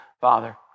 Father